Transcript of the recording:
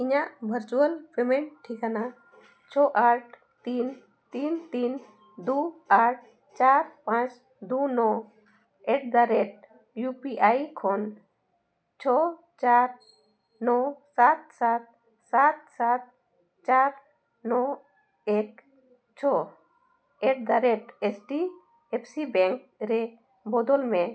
ᱤᱧᱟᱹᱜ virtual payment ᱴᱷᱤᱠᱟᱱᱟ ᱪᱷᱚ ᱟᱴ ᱛᱤᱱ ᱛᱤᱱ ᱛᱤᱱ ᱫᱩ ᱟᱴ ᱪᱟᱨ ᱯᱟᱸᱪ ᱫᱩ ᱱᱚ ᱮᱴᱫᱟᱼᱨᱮᱹᱴ ᱤᱭᱩ ᱯᱤ ᱟᱭ ᱠᱷᱚᱱ ᱪᱷᱚ ᱪᱟᱨ ᱱᱚ ᱥᱟᱛ ᱥᱟᱛ ᱥᱟᱛ ᱥᱟᱛ ᱪᱟᱨ ᱱᱚ ᱮᱹᱠ ᱪᱷᱚ at the rate S T F C bank ᱨᱮ ᱵᱚᱫᱚᱞ ᱢᱮ